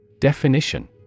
Definition